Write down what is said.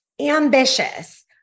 ambitious